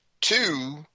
two